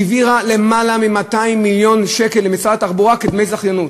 היא העבירה יותר מ-200 מיליון שקל למשרד התחבורה כדמי זכיינות.